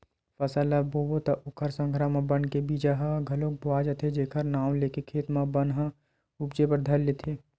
फसल ल बोबे त ओखर संघरा म बन के बीजा ह घलोक बोवा जाथे जेखर नांव लेके खेत म बन ह उपजे बर धर लेथे